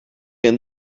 and